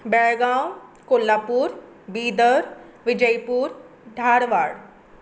Belgaum Kolhapur Bidar Vijayapur Dharwad